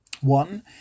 One